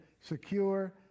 secure